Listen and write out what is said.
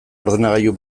ordenagailu